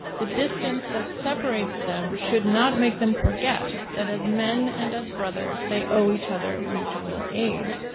the distance that separates them should not make them forget that as men and as brothers, they owe each other mutual aid.